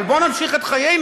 אבל בואו נמשיך את חיינו,